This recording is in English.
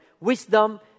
wisdom